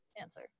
Answer